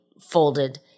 folded